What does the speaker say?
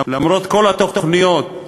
למרות כל התוכניות,